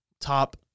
top